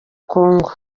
kongo